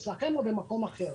אצלכם או במקום אחר